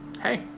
hey